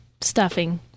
Stuffing